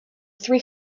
three